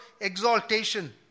exaltation